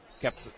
kept